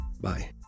Bye